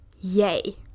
yay